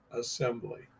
assembly